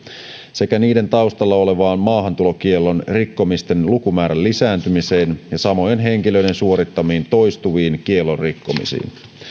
sekä niiden taustalla olevaan maahantulokiellon rikkomisten lukumäärän lisääntymiseen ja samojen henkilöiden suorittamiin toistuviin kiellon rikkomisiin